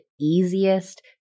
easiest